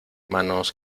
manos